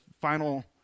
final